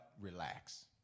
relax